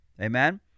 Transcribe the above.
Amen